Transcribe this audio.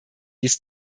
dies